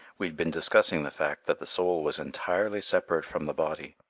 we had been discussing the fact that the soul was entirely separate from the body,